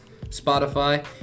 Spotify